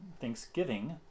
thanksgiving